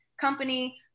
company